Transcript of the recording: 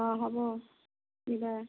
অ হ'ব নিবা